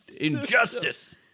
injustice